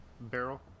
barrel